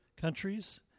countries